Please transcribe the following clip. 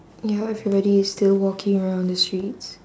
ya everybody is still walking around the streets